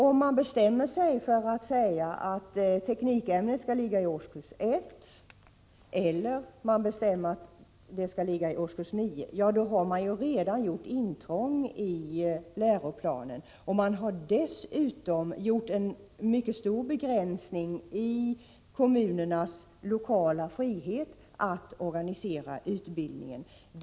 Om man bestämmer sig för att teknikämnet skall ligga i årskurs 1 eller att det skall ligga i årskurs 9 har man redan gjort intrång i läroplanen och har dessutom gjort en mycket stor begränsning i kommunernas lokala frihet att organisera utbildningen.